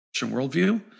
worldview